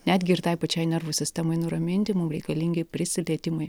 netgi ir tai pačiai nervų sistemai nuraminti mum reikalingi prisilietimai